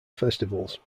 festivals